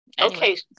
Okay